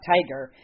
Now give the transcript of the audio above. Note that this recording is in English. Tiger